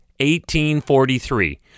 1843